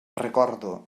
recordo